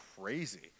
crazy